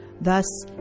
Thus